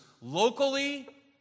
locally